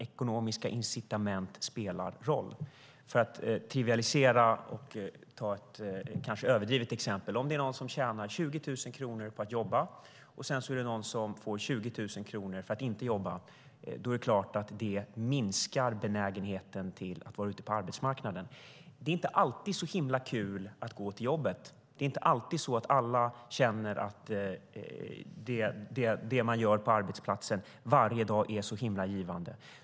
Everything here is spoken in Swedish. Ekonomiska incitament spelar roll. För att trivialisera och ta ett kanske överdrivet exempel: Om det är någon som tjänar 20 000 kronor på att jobba och någon som får 20 000 kronor för att inte jobba är det klart att detta minskar benägenheten att vara ute på arbetsmarknaden. Det är inte alltid så himla kul att gå till jobbet. Det är inte alltid så att alla känner att det de gör på arbetsplatsen varje dag är så himla givande.